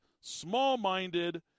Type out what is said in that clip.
small-minded